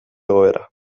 egoera